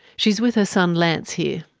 she's with her son lance here.